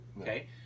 Okay